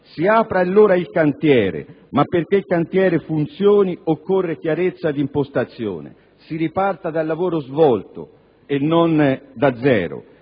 si apra allora il cantiere, ma perché il cantiere funzioni occorre chiarezza di impostazione. Si riparta dal lavoro svolto e non da zero.